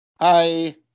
Hi